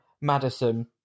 Madison